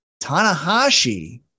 Tanahashi